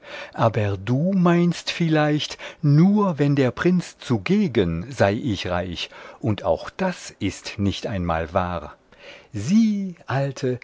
aber du meinst vielleicht nur wenn der prinz zugegen sei ich reich und auch das ist nicht einmal wahr sich alte